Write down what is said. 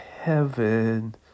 heaven